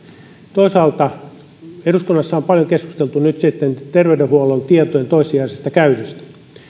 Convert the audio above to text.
toisaalta eduskunnassa on nyt sitten paljon keskusteltu terveydenhuollon tietojen toissijaisesta käytöstä